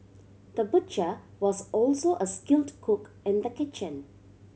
the butcher was also a skilled cook in the kitchen